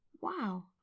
Wow